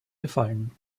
gefallen